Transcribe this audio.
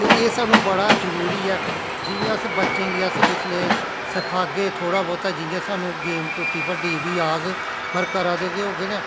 एह् सानू बड़ा जरूरी ऐ जियां अस बच्चें गी अस जिसलै सखागे थोह्ड़ा बहुता जियां सानू गेम टुटी फड्डी दी बी आह्ग पर करा दे ते होगे ना